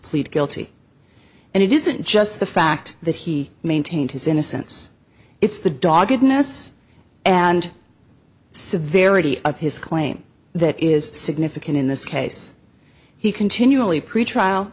plead guilty and it isn't just the fact that he maintained his innocence it's the doggedness and severity of his claim that is significant in this case he continually preach trial